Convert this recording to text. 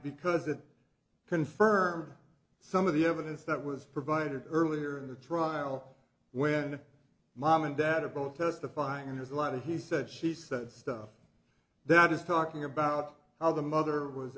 because it confirms some of the evidence that was provided earlier in the trial when mom and dad are both testifying and there's a lot of he said she said stuff that is talking about how the mother was